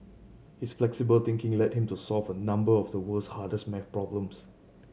his flexible thinking led him to solve a number of the world's hardest math problems